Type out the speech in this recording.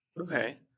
Okay